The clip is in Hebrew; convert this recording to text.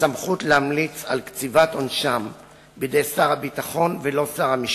הסמכות להמליץ על קציבת עונשם היא בידי שר הביטחון ולא שר המשפטים.